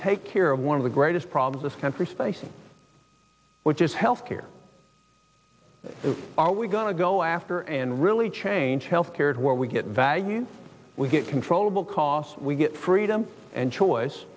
take care of one of the greatest problems this country faces which is health care are we going to go after and really change health cared where we get value we get controllable cos we get freedom and choice